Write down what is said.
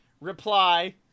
Reply